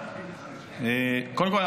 שקודם כול,